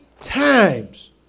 times